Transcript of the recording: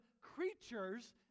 creatures